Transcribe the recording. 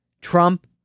Trump